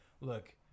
Look